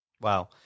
Wow